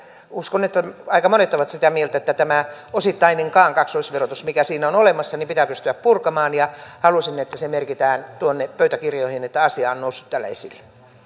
uskon että aika monet ovat sitä mieltä että tämä osittainenkaan kaksoisverotus mikä siinä on olemassa pitää pystyä purkamaan halusin että se merkitään tuonne pöytäkirjoihin että asia on noussut täällä esille